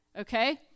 okay